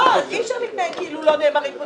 אי אפשר להתנהג כאילו לא נאמרים פה דברים.